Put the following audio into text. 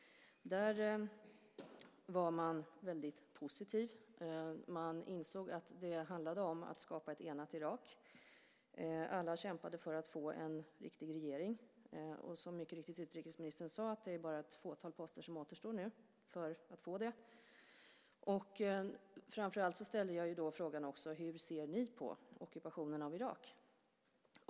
Där var man väldigt positiv. Man insåg att det handlade om att skapa ett enat Irak. Alla kämpade för att få en riktig regering. Och som utrikesministern sade är det bara ett fåtal poster som återstår nu för att man ska få det. Jag ställde framför allt frågan: Hur ser ni på ockupationen av Irak?